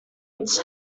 its